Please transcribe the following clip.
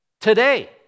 Today